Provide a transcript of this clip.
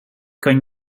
kan